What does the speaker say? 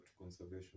conservation